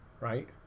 right